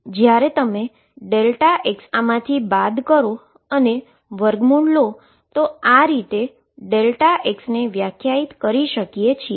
જ્યારે તમે x ને આમાથી બાદ કરો અને સ્કવેર રૂટ લો તો આ રીતે આપણે x ને વ્યાખ્યાયિત કરી શકીએ છીએ